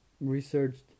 researched